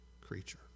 creature